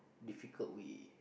difficult way